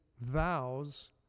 vows